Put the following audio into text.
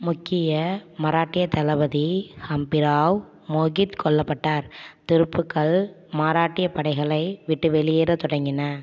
முக்கிய மராட்டிய தளபதி ஹம்பிராவ் மோஹித் கொல்லப்பட்டார் துருப்புக்கள் மராட்டியப் படைகளை விட்டு வெளியேறத் தொடங்கின